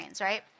right